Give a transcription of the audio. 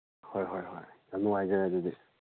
ꯍꯣꯏ ꯍꯣꯏ ꯍꯣꯏ ꯌꯥꯝ ꯅꯨꯡꯉꯥꯏꯖꯔꯦ ꯑꯗꯨꯗꯤ